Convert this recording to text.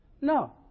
No